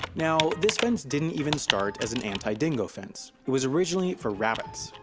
now, this fence didn't even start as an anti-dingo fence, it was originally for rabbits.